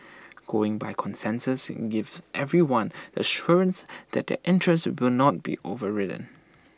going by consensus gives everyone the assurance that their interests will not be overridden